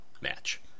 match